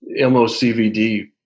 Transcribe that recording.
MOCVD